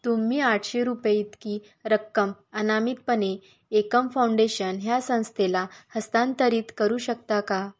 तुम्ही आठशे रुपये इतकी रक्कम अनामितपणे एकम फाऊंडेशन ह्या संस्थेला हस्तांतरित करू शकता का